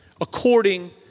according